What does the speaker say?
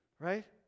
Right